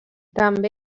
també